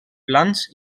plans